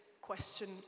question